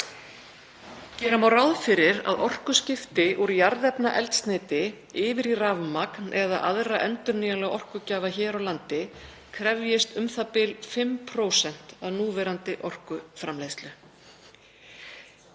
Gera má ráð fyrir að orkuskipti úr jarðefnaeldsneyti yfir í rafmagn eða aðra endurnýjanlega orkugjafa á landi krefjist um það bil 5% af núverandi orkuframleiðslu.